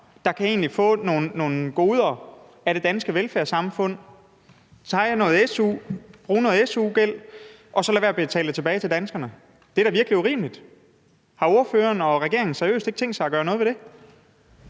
kan få nogle goder af det danske velfærdssamfund – tage noget su, bruge noget su-gæld og så lade være at betale det tilbage til danskerne? Det er da virkelig urimeligt. Har ordføreren og regeringen seriøst ikke tænkt sig at gøre noget ved det?